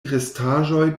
restaĵoj